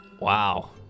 Wow